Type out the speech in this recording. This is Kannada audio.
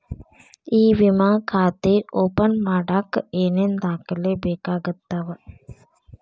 ಇ ವಿಮಾ ಖಾತೆ ಓಪನ್ ಮಾಡಕ ಏನೇನ್ ದಾಖಲೆ ಬೇಕಾಗತವ